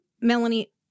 Melanie